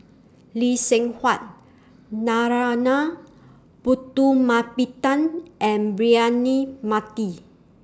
Lee Seng Huat Narana Putumaippittan and Braema Mathi